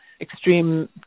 extreme